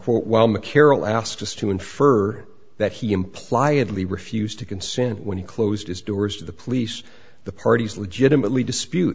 quote while mccarroll asked us to infer that he imply had lee refused to consent when he closed his doors to the police the parties legitimately dispute